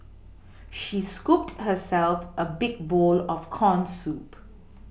she scooped herself a big bowl of corn soup